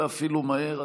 ואפילו מהר.